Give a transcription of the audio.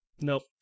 Nope